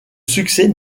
succès